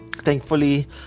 Thankfully